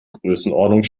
größenordnung